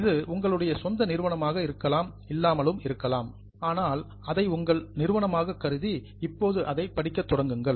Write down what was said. இது உங்களுடைய சொந்த நிறுவனமாக இருக்கலாம் இல்லாமலும் இருக்கலாம் ஆனால் அதை உங்கள் நிறுவனமாக கருதி இப்போது அதை படிக்கத் தொடங்குங்கள்